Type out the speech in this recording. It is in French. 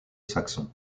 saxons